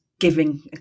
giving